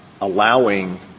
allowing